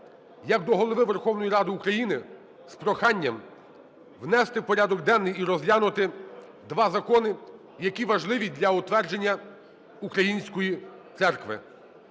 як до Голови Верховної Ради України з проханням внести у порядок денний і розглянути два закони, які важливі для утвердження української церкви.